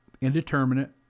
indeterminate